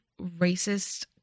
racist